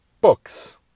books